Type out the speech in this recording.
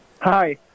Hi